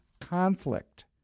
conflict